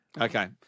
Okay